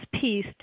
piece